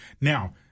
Now